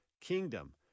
kingdom